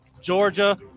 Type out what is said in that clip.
Georgia